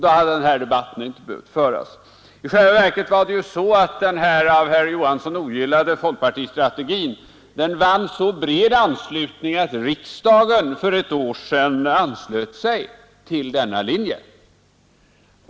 Då hade den här debatten inte behövt föras. I själva verket var det så, att denna folkpartistrategi som herr Johansson ogillade vann så bred anslutning att riksdagen för ett år sedan anslöt sig till denna linje.